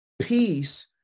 Peace